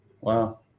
Wow